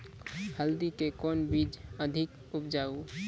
हल्दी के कौन बीज अधिक उपजाऊ?